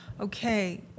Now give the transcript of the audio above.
Okay